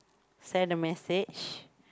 send the message